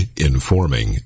informing